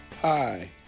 Hi